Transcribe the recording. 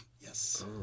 Yes